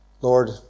Lord